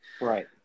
Right